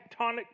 tectonic